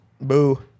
boo